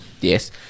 Yes